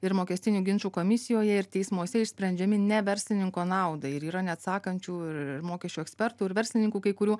ir mokestinių ginčų komisijoje ir teismuose išsprendžiami ne verslininko naudai ir yra neatsakančių ir mokesčių ekspertų ir verslininkų kai kurių